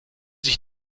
sich